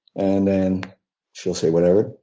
and then she'll say whatever.